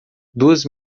duas